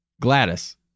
Gladys